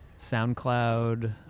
SoundCloud